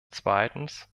zweitens